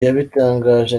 yabitangaje